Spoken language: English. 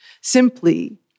Simply